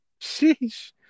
Sheesh